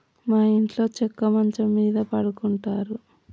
మా ఇంట్లో చెక్క మంచం మీద పడుకుంటారు